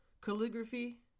Calligraphy